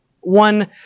one